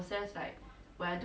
mmhmm